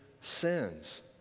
sins